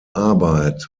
arbeit